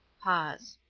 pause.